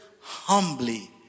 humbly